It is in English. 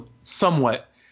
somewhat